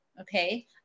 okay